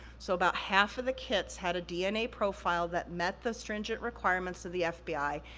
so, about half of the kits had a dna profile that met the stringent requirements of the fbi,